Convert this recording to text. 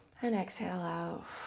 and exhale out.